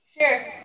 Sure